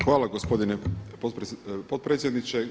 Hvala gospodine potpredsjedniče.